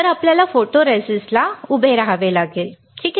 तर आपल्याला फोटोरिस्टिस्टला उभे राहावे लागेल ठीक आहे